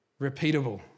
repeatable